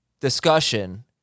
discussion